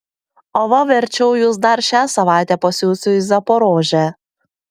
o va verčiau jus dar šią savaitę pasiųsiu į zaporožę